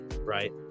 right